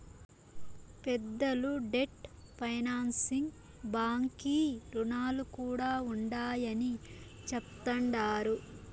పెద్దలు debt financing బాంకీ రుణాలు కూడా ఉండాయని చెప్తండారు